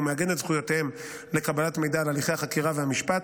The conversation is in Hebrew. מעגן את זכויותיהם לקבלת מידע על הליכי החקירה והמשפט